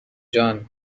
جان